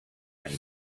and